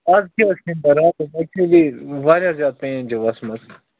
آز تہِ ٲس راتس ایکچولی واریاہ زیادٕ پین چھِ ؤژھ مٕژ